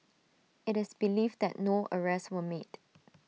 IT is believed that no arrests were made